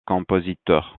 compositeur